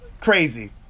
Crazy